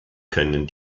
können